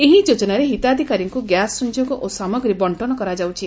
ଏହି ଯୋଚନାରେ ହିତାଧିକାରୀଙ୍ଙୁ ଗ୍ୟାସ ସଂଯୋଗ ଓ ସାମଗ୍ରୀ ବଂଟନ କରାଯାଉଛି